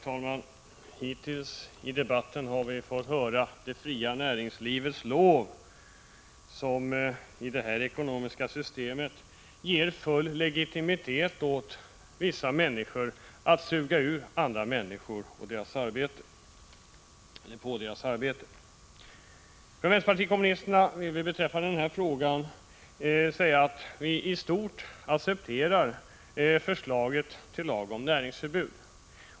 Herr talman! Hittills i debatten har vi fått höra det fria näringslivets lov, ett näringsliv som i det ekonomiska system vi har ger full legitimitet åt vissa människor att suga ut andra människor på deras arbete. Vänsterpartiet kommunisterna accepterar i stort förslaget till lag om näringsförbud.